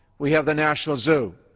we have the national zoo